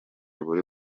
buri